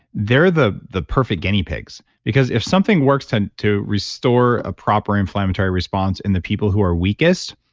they're the the perfect guinea pigs, because if something works tend to restore a proper inflammatory response in the people who are weakest,